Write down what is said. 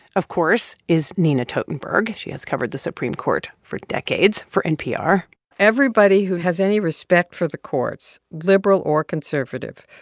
of course, is nina totenberg. she has covered the supreme court for decades for npr everybody who has any respect for the courts, liberal or conservative,